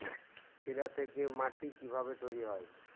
শিলা থেকে মাটি কিভাবে তৈরী হয়?